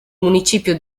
municipio